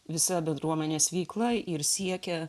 visa bendruomenės veikla ir siekia